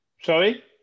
sorry